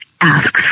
asks